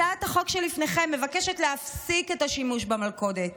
הצעת החוק שלפניכם מבקשת להפסיק את השימוש במלכודת